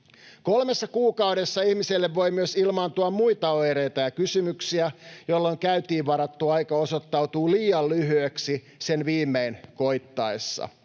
Kolmessa kuukaudessa ihmiselle voi myös ilmaantua muita oireita ja kysymyksiä, jolloin käyntiin varattu aika osoittautuu liian lyhyeksi sen viimein koittaessa.